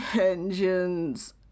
Engines